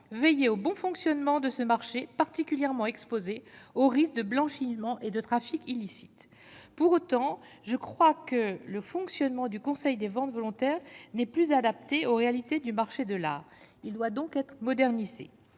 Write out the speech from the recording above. veiller au bon fonctionnement de ce marché particulièrement exposés au risque de blanchiment et de trafic illicite pour autant je crois que le fonctionnement du Conseil des ventes volontaires n'est plus adaptée aux réalités du marché de l'art, il doit donc être modernisée,